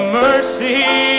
mercy